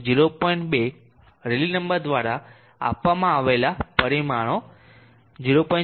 2 રેલી નંબર દ્વારા આપવામાં આવેલા પરિણામો 0